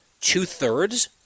two-thirds